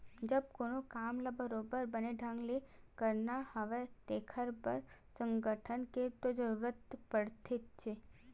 जब कोनो काम ल बरोबर बने ढंग ले करना हवय तेखर बर संगठन के तो जरुरत पड़थेचे